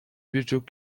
birçok